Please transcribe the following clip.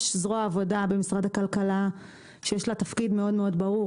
יש את זרוע העבודה במשרד הכלכלה שיש לה תפקיד מאוד ברור,